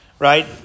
Right